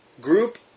group